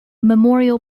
memorial